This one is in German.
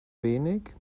wenig